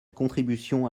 contribution